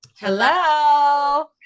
Hello